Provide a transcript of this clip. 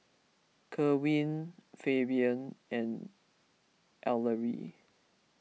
Kerwin Fabian and Ellery